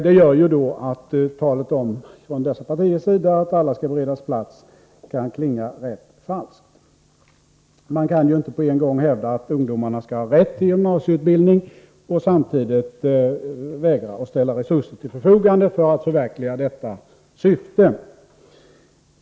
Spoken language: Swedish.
Det gör att talet från dessa partiers sida om att alla skall beredas plats kan klinga rätt falskt. Man kan ju inte hävda att ungdomarna skall ha rätt till gymnasieutbildning och samtidigt vägra att ställa resurser till förfogande för att förverkliga detta syfte.